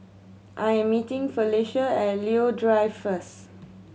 I am meeting Felecia at Leo Drive first